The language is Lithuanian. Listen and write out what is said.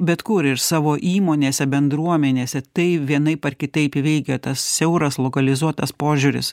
bet kur ir savo įmonėse bendruomenėse tai vienaip ar kitaip veikia tas siauras lokalizuotas požiūris